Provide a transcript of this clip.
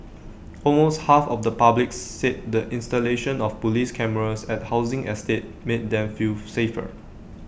almost half of the public said the installation of Police cameras at housing estates made them feel safer